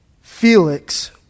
Felix